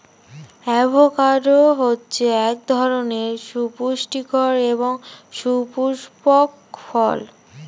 avocado হচ্ছে এক ধরনের সুপুস্টিকর এবং সুপুস্পক ফল